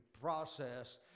process